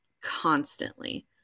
constantly